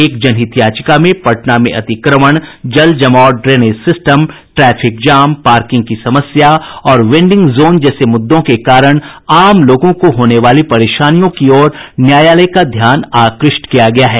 एक जनहित याचिका में पटना में अतिक्रमण जलजमाव drainage system traffic jam parking की समस्या और वेंडिंग जोन जैसे मुद्दों के कारण आम लोगों को होने वाली परेशानियों की ओर न्यायालय का ध्यान आकृष्ट किया गया है